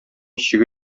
чиге